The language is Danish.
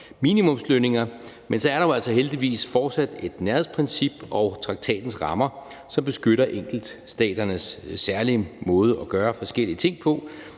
minimumslønninger, men så er der jo altså heldigvis fortsat et nærhedsprincip og traktatens rammer, som beskytter enkeltstaternes særlige måde at gøre forskellige ting på